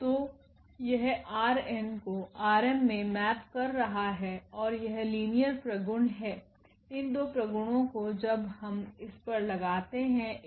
तो यहℝ𝑛कोℝ𝑚मे मैप कर रहा है और यह लिनियर प्रगुण है उन दो प्रगुणों को जब हम इस पर लगाते हैंA𝑢𝑣𝐴𝑢𝐴𝑣